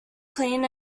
clean